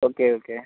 okay okay